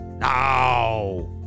now